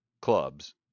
clubs